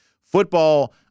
Football